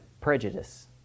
Prejudice